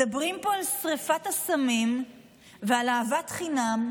מדברים פה על שרפת אסמים ועל אהבת חינם,